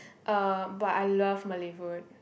um but I love Malay food